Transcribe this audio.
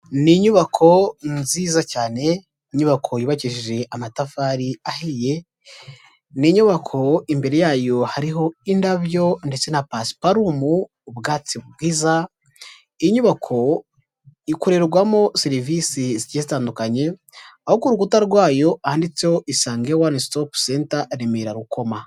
Ni inyubako nziza cyane, inyubako yubakishije amatafari ahiye, ni inyubako imbere yayo hariho indabyo ndetse na pasiparumu ubwatsi bwiza, inyubako ikorerwamo serivisi zigiye zitandukanye, aho ku rukuta rwayo handitseho ngo "Isange one stop center, Remera Rukoma".